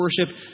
worship